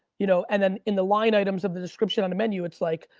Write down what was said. you know and then in the line items of the description on the menu, it's like,